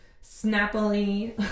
snappily